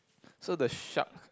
so the shark